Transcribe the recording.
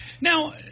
now